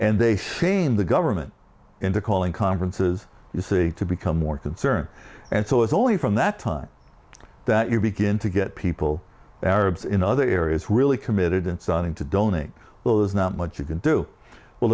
and they change the government in the calling conferences you see to become more concerned and so it's only from that time that you begin to get people arabs in other areas really committed and starting to donate well there's not much you can do well